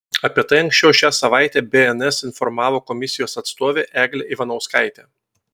apie tai anksčiau šią savaitę bns informavo komisijos atstovė eglė ivanauskaitė